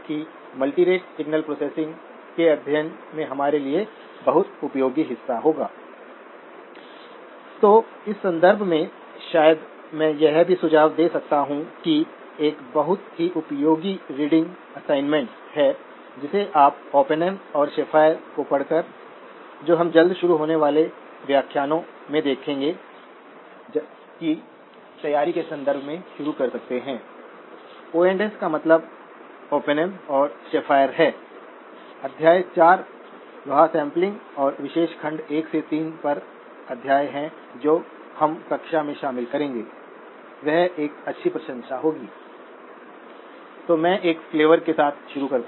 तो सबसे पहले हमें यह करना है कि इसमें कुल क्वान्टिटीज को इव़ैल्यूएट करना है जो operating point plus incremental values है